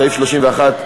סעיף 31,